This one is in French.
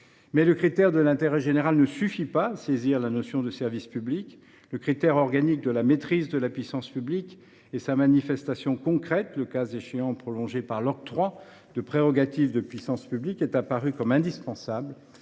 Le critère de l’intérêt général ne suffit pas à saisir la notion de service public. Le critère organique de la maîtrise de la puissance publique et sa manifestation concrète, le cas échéant prolongée par l’octroi de prérogatives de puissance publique, sont apparus comme indispensables